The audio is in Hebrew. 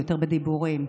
יותר בדיבורים.